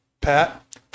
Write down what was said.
Pat